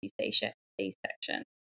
C-section